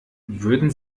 würden